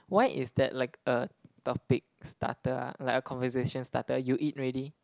why it's that like a topic starter ah like a conversation starter you eat already